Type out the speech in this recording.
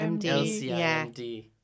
LCIMD